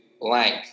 blank